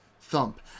thump